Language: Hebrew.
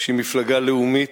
שהיא מפלגה לאומית,